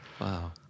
wow